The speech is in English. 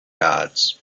gods